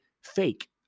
fake